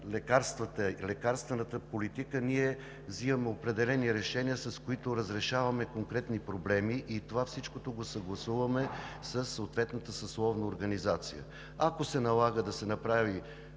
регламентира лекарствената политика, ние вземаме определени решения, с които разрешаваме конкретни проблеми, и всичко това съгласуваме със съответната съсловна организация. Ако се налага да се направи